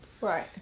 Right